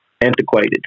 antiquated